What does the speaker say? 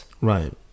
Right